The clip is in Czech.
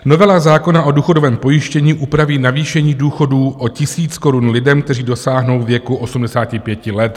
Novela zákona o důchodovém pojištění upraví navýšení důchodů o 1 000 korun lidem, kteří dosáhnou věku 85 let.